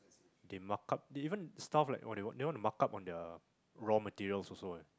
they mark up they even stuff like what they want they want to mark up on their raw materials also ah